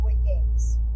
weekends